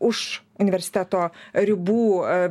už universiteto ribų aaa